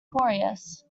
porous